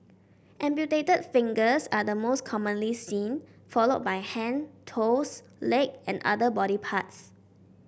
amputated fingers are the most commonly seen followed by hand toes leg and other body parts